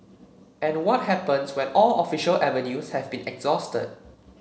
and what happens when all official avenues have been exhausted